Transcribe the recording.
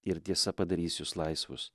ir tiesa padarys jus laisvus